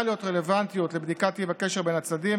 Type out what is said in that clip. להיות רלוונטיות לבדיקת טיב הקשר בין הצדדים,